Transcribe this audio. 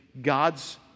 God's